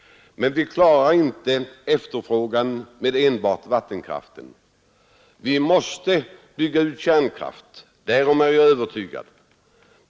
Vi klarar inte efterfrågan med enbart vattenkraften. Vi måste bygga ut kärnkraft — därom är jag övertygad.